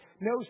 no